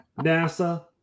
NASA